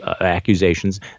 accusations